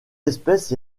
espèce